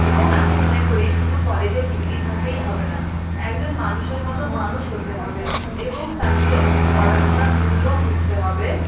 এবং আমি মনে করি শুধু কলেজের ডিগ্রি থাকলেই হবে না একজন মানুষের মতো মানুষ হতে হবে এবং তাকে পড়াশোনার মূল্যও বুঝতে হবে